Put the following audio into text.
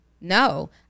No